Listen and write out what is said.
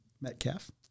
Metcalf